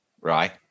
right